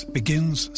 begins